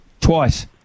twice